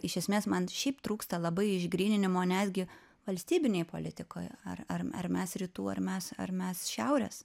iš esmės man šiaip trūksta labai išgryninimo netgi valstybinėj politikoj ar ar ar mes rytų ar mes ar mes šiaurės